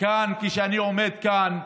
כשאני עומד כאן,